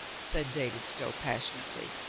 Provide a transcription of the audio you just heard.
said david stow passionately.